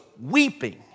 weeping